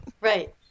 right